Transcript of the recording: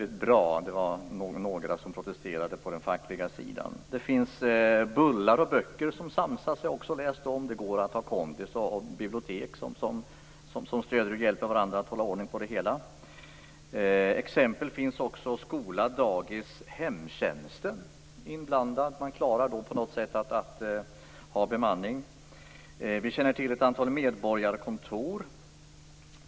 Det var några som protesterade på den fackliga sidan. Det finns bullar och böcker som samsas - det har jag också läst om. Det går att ha kondis och bibliotek som stöder och hjälper varandra att hålla ordning på det hela. Exempel finns också på skola och dagis med hemtjänsten inblandad. Man klarar på något sätt att ha bemanning. Vi känner också till ett antal medborgarkontor.